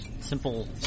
simple